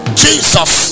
jesus